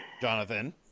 Jonathan